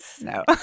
no